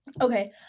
Okay